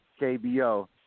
KBO